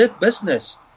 business